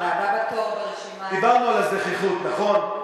הבא בתור ברשימה, דיברנו על הזחיחות, נכון?